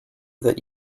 that